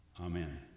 Amen